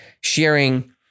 sharing